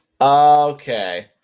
okay